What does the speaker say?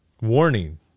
warning